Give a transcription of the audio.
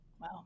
wow